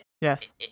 yes